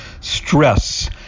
stress